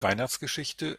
weihnachtsgeschichte